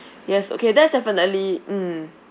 yes okay that's definitely mm